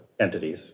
entities